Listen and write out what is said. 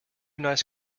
nice